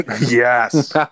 Yes